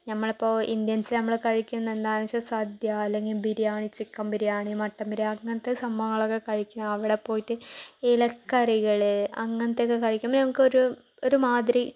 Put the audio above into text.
നമ്മളിപ്പോൾ ഇന്ത്യൻസ് നമ്മള് കഴിക്കുന്നതെന്താണെന്ന് വച്ചാൽ സദ്യ അല്ലങ്കിൽ ബിരിയാണി ചിക്കൻ ബിരിയാണി മട്ടൻ ബിരിയാണി അങ്ങനത്തെ സംഭവങ്ങളക്കെ കഴിക്കും അവിടെ പോയിട്ട് ഇലക്കറികള് അങ്ങനത്തേക്കെ കഴിക്കുമ്പോൾ നമുക്ക് ഒരു ഒരു മാതിരി